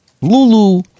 Lulu